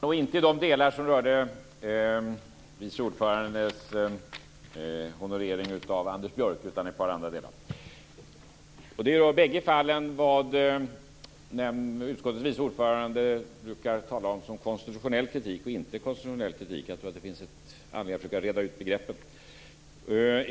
Fru talman! Jag tänker inte replikera på de delar som rörde vice ordförandes honorering av Anders Björck, utan det gäller ett par andra delar. I bägge fallen rör det sådant som utskottets vice ordförande brukar tala om som konstitutionell kritik och inte konstitutionell kritik. Jag tror att det finns anledning att försöka att reda ut begreppen.